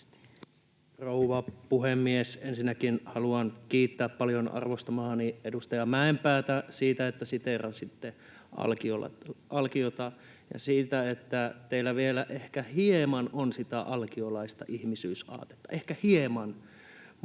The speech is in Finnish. rouva puhemies! Ensinnäkin haluan kiittää paljon arvostamaani edustaja Mäenpäätä siitä, että siteerasitte Alkiota, ja siitä, että teillä vielä ehkä hieman on sitä alkiolaista ihmisyysaatetta, ehkä hieman.